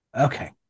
Okay